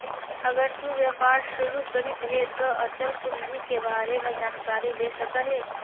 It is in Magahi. अगर तु व्यापार शुरू करित हे त अचल पूंजी के बारे में जानकारी ले सकऽ हे